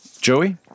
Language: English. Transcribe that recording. Joey